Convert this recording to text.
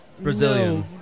Brazilian